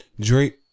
Drake